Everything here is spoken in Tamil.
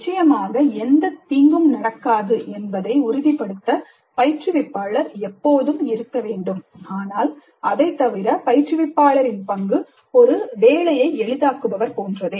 நிச்சயமாக எந்தத் தீங்கும் நடக்காது என்பதை உறுதிப்படுத்த பயிற்றுவிப்பாளர் எப்போதும் இருக்க வேண்டும் ஆனால் அதைத் தவிர பயிற்றுவிப்பாளரின் பங்கு ஒரு வேலையை எளிதாக்குபவர் போன்றது